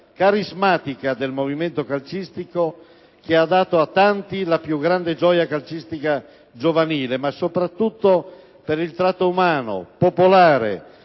carismatica del movimento calcistico, che ha dato a tanti la più grande gioia calcistica giovanile, ma soprattutto per il tratto umano, popolare,